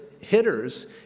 hitters